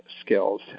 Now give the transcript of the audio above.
skills